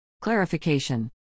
Clarification